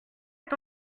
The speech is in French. est